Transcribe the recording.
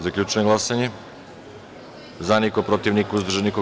Zaključujem glasanje: za – niko, protiv – niko, uzdržan – niko.